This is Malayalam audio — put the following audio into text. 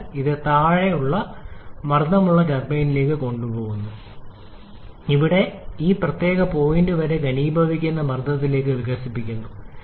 എന്നിട്ട് ഇത് താഴ്ന്ന മർദ്ദമുള്ള ടർബൈനിലേക്ക് കൊണ്ടുപോകുന്നു അവിടെ ഈ പ്രത്യേക പോയിന്റ് വരെ ഘനീഭവിക്കുന്ന മർദ്ദത്തിലേക്ക് വികസിക്കുന്നു